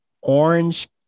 Orange